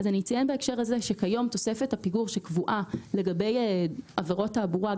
אני אציין בהקשר הזה שכיום תוספת שקבועה לגבי עבירות תעבורה,